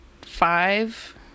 five